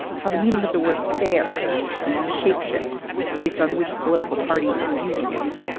how the meaning of the word fair can shapeshift based on which political party is using it.